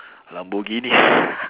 lamborghini